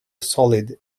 solid